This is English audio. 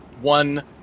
one –